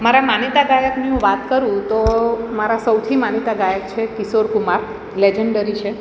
મારા માનીતા ગાયકની હું વાત કરું તો મારા સૌથી માનીતા ગાયક છે કિશોર કુમાર લેજન્ડરી છે